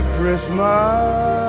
Christmas